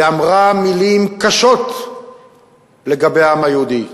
ואמרה מלים קשות לגבי העם היהודי.